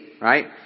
right